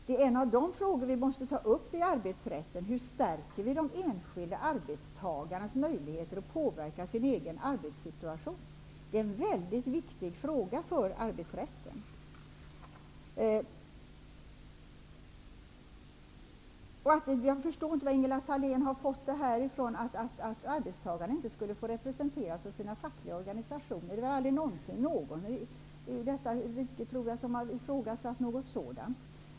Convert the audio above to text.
En av de mycket viktiga frågor som vi måste ta upp när det gäller arbetsrätten är: Hur stärker vi de enskilda arbetstagarnas möjligheter att påverka sin egen arbetssituation? Jag förstår inte varifrån Ingela Thale n har fått detta att arbetstagarna inte skulle få representeras av sina fackliga organisationer. Aldrig någonsin har någon i detta rike ifrågasatt det.